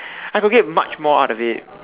I could get much more out of it